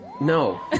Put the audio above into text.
No